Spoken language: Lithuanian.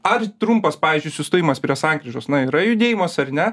ar trumpas pavyzdžiui sustojimas prie sankryžos na yra judėjimas ar ne